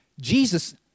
Jesus